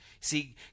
See